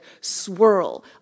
swirl